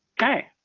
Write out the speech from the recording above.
okay,